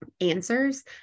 answers